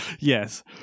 Yes